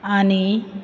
आनी